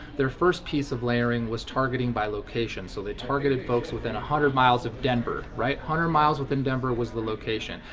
their first piece of layering was targeting by location. so they targeted folks within a hundred miles of denver. hundred miles within denver was the location.